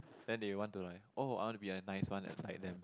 then they want to like oh I want to be a nice one like like them